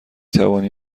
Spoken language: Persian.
توانی